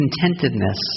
contentedness